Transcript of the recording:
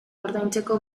ordaintzeko